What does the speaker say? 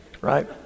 right